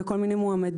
בכל מיני מועמדים,